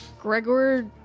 gregor